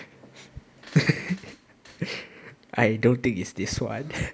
I don't think is this [one]